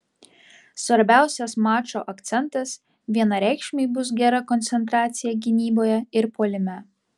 svarbiausias mačo akcentas vienareikšmiai bus gera koncentracija gynyboje ir puolime